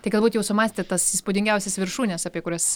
tai galbūt jau sumąstėt tas įspūdingiausias viršūnes apie kurias